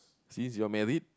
since you're married